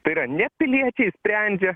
tai yra ne piliečiai sprendžia